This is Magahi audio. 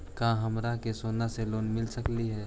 का हमरा के सोना से लोन मिल सकली हे?